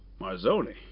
marzoni